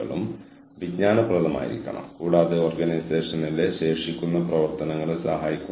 അതിനാൽ സുസ്ഥിര എച്ച്ആർഎം നിങ്ങൾ ഉപയോഗിക്കുന്നതെന്തും നിങ്ങൾ നിരന്തരം നിറയ്ക്കുന്നു എന്ന് അനുമാനിക്കുന്നു